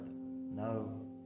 No